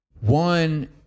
one